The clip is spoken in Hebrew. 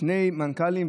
שני מנכ"לים,